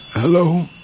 hello